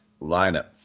lineup